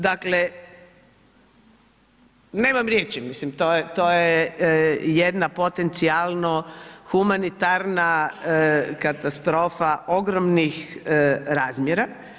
Dakle, nemam riječi, mislim to je jedna potencijalno humanitarna katastrofa ogromnih razmjera.